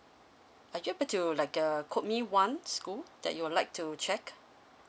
are you able to like uh quote me one school that you would like to check